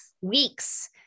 weeks